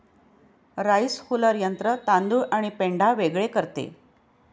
rice huller यंत्र तांदूळ आणि पेंढा वेगळे करते